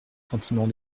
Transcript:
sentimens